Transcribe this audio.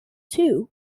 two